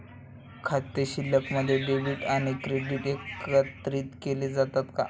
खाते शिल्लकमध्ये डेबिट आणि क्रेडिट एकत्रित केले जातात का?